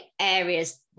areas